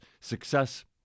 success